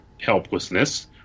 helplessness